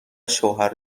شوهر